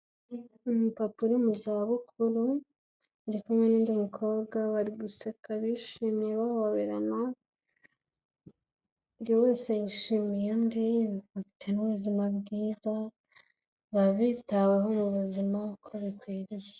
Umupapu uri mu zabukuru uri kumwe n'undi mukobwa bari guseka bishimiye bahoberana, buri wese yishimiye undi bafite n'ubuzima bwiza baba bitaweho mu buzima uko bikwiriye.